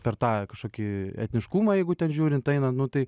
per tą kažkokį etniškumą jeigu ten žiūrint einant nu tai